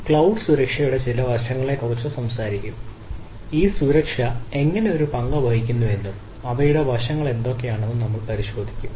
cloud സുരക്ഷയുടെ ചില വശങ്ങളെക്കുറിച്ച് സംസാരിക്കും ഈ സുരക്ഷ എങ്ങനെ ഒരു പങ്കുവഹിക്കുന്നുവെന്നും അവയുടെ വ്യത്യസ്ത വശങ്ങൾ എന്തൊക്കെയാണെന്നും നമ്മൾ പരിശോധിക്കും